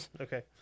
okay